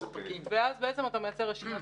אז אתה מייצר רשימת ספקים,